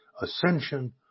ascension